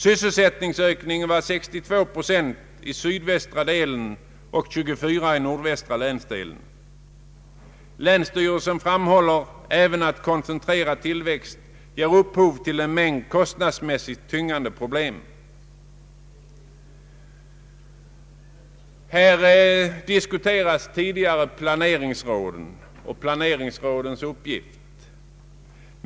Sysselsättningsökningen var 62 procent i sydvästra delen och 24 procent i nordvästra länsdelen. Länsstyrelsen framhåller även att koncentrerad tillväxt ger upphov till en mängd kostnadsmässigt tyngande problem. Här diskuterades tidigare planeringsråden och deras uppgifter.